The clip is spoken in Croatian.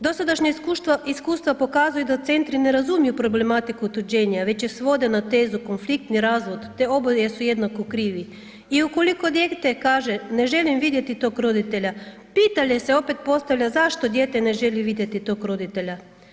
Dosadašnja iskustva pokazuju da centri ne razumiju problematiku otuđenja, već je svode na tezu konfliktni razvod te oboje su jednako krivi i ukoliko dijete kaže ne želim vidjeti tog roditelja, pitanje se opet postavlja zašto ne želi vidjeti tog roditelja.